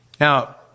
Now